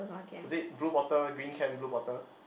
is it blue bottle green can blue bottle